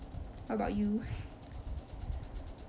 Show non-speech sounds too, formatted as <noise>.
how about you <laughs>